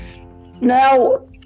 Now